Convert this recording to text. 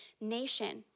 nation